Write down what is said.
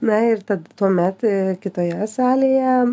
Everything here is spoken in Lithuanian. na ir tad tuomet kitoje salėje